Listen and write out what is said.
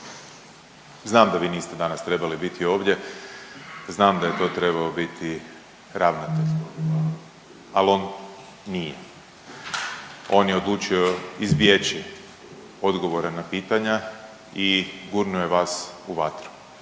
Znam da vi niste danas trebali biti ovdje, znam da je to trebao biti ravnatelj, ali on, on je odlučio izbjeći odgovore na pitanja i gurnuo je vas u vatru.